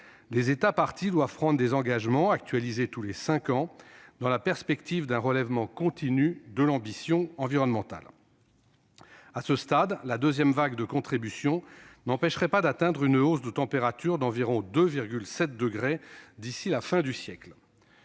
Les États parties doivent prendre des engagements, actualisés tous les cinq ans, dans la perspective d'un relèvement continu de l'ambition environnementale. À ce stade, la deuxième vague de contributions n'empêcherait pas d'atteindre une hausse des températures d'environ 2,7 degrés d'ici à la fin du siècle.